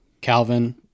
Calvin